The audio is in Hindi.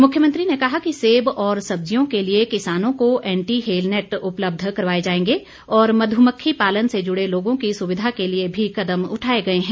मुख्यमंत्री ने कहा कि सेब और सब्जियों के लिए किसानों को एंटी हेलनेट उपलब्ध करवाए जाएंगे और मध्मक्खी पालन से जुड़े लोगों की सुविधा को लिए भी कदम उठाए गए हैं